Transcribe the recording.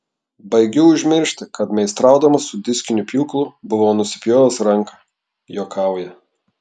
baigiu užmiršti kad meistraudamas su diskiniu pjūklu buvau nusipjovęs ranką juokauja